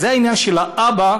זה העניין של האבא,